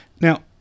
now